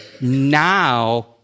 now